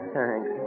Thanks